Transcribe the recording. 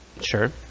Sure